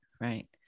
right